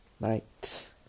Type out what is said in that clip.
night